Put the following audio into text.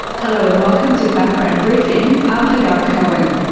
hello and welcome to background briefing, i'm hagar cohen.